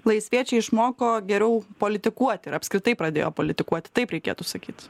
laisviečiai išmoko geriau politikuoti ir apskritai pradėjo politikuoti taip reikėtų sakyt